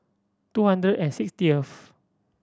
two hundred and sixtieth